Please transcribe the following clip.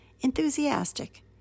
enthusiastic